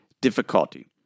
difficulty